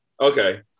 Okay